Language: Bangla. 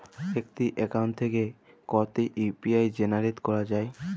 একটি অ্যাকাউন্ট থেকে কটি ইউ.পি.আই জেনারেট করা যায়?